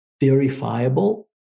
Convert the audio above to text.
verifiable